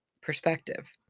perspective